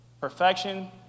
Perfection